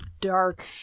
Dark